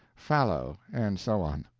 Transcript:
fallow and so on.